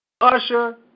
usher